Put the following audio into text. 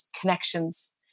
connections